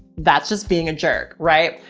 that's just being a jerk. right?